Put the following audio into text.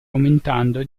aumentando